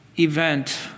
event